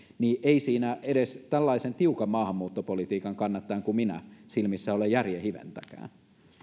niin ei siinä edes tällaisen tiukan maahanmuuttopolitiikan kannattajan kuin minun silmissä ole järjen hiventäkään